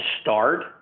start